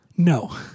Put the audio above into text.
No